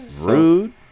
rude